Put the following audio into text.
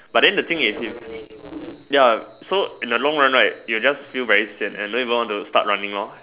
but then the thing is ya so in the long run right you will just feel very sian and don't even want to start running lor